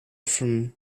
from